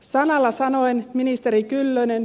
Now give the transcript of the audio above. sanalla sanoen ministeri kyllönen